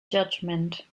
judgment